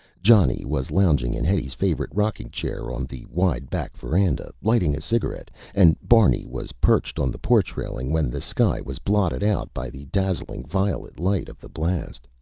johnny was lounging in hetty's favorite rocking chair on the wide back verandah, lighting a cigarette and barney was perched on the porch railing when the sky was blotted out by the dazzling violet light of the blast.